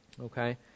Okay